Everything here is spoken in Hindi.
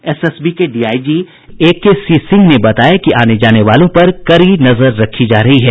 एसएसबी के डीआईजी एकेसी सिंह ने बताया कि आने जाने वालों पर कड़ी नजर रखी जा रही है